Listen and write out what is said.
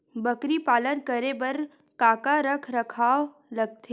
बकरी पालन करे बर काका रख रखाव लगथे?